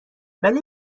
ولی